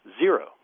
zero